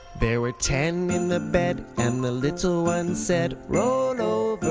there were ten in the bed and the little one said, roll